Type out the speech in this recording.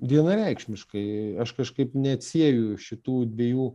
vienareikšmiškai aš kažkaip neatsieju šitų dviejų